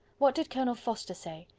what did colonel forster say?